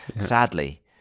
sadly